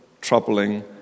troubling